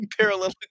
parallel